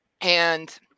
and-